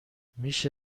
میشه